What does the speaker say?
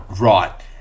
Right